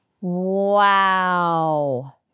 Wow